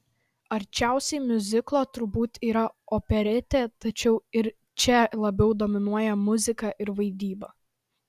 arčiausiai miuziklo turbūt yra operetė tačiau ir čia labiau dominuoja muzika ir vaidyba